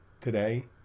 today